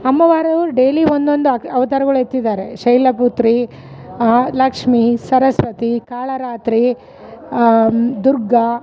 ಅಮ್ಮ ವಾರವು ಡೇಲಿ ಒಂದೊಂದು ಅವತಾರಗಳ್ ಎತ್ತಿದ್ದಾರೆ ಶೈಲಪುತ್ರಿ ಲಕ್ಷ್ಮೀ ಸರಸ್ವತಿ ಕಾಳರಾತ್ರಿ ದುರ್ಗಾ